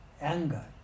anger